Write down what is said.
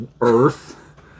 earth